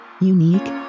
unique